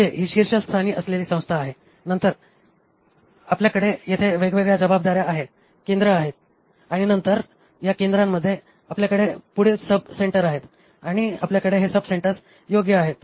म्हणजे ही शीर्षस्थानी असलेली संस्था आहे आणि नंतर आपल्याकडे येथे वेगवेगळ्या जबाबदाऱ्या केंद्रे आहेत आणि नंतर या केंद्रांमध्ये आपल्याकडे पुढील सबसेन्टर आहेत आणि आपल्याकडे हे सबसेन्टर्स योग्य आहेत